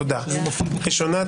ראשונת